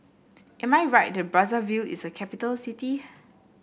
am I right that Brazzaville is a capital city